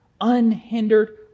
Unhindered